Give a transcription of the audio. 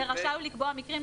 "הוא רשאי לקבוע מקרים,